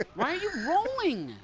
ah why are you rolling!